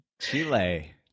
Chile